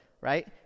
right